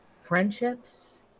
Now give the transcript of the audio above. friendships